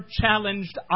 challenged